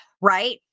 right